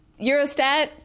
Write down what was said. Eurostat